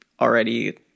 already